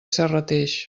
serrateix